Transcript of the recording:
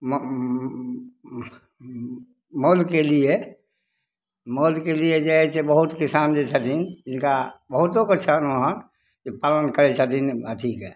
मालके लिए मालके लिए जे हइ से बहुत किसान जे छथिन जिनका बहुतोके छनि ओहन जे पालन करै छथिन अथीके